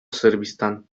sırbistan